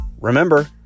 Remember